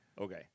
Okay